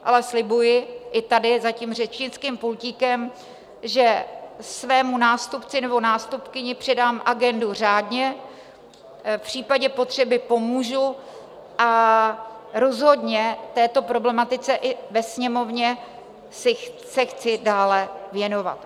Ale slibuji i tady za tím řečnickým pultíkem, že svému nástupci nebo nástupkyni předám agendu řádně, v případě potřeby pomůžu a rozhodně této problematice i ve Sněmovně se chci dále věnovat.